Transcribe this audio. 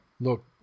Look